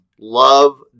Love